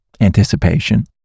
Anticipation